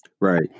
Right